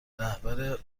رهبر